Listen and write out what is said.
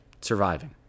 surviving